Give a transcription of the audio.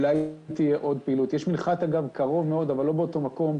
יש מנחת קרוב מאוד אבל לא באותו מקום.